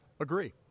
Agree